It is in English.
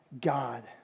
God